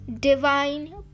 divine